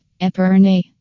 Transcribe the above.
Epernay